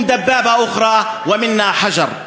מִכֶּם הַסַּיִף וֹּמֵאִתָּנוּ דַּמֵּנוּ /